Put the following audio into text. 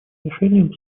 решением